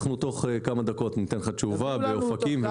תוך כמה דקות ניתן לך תשובה לגבי אופקים,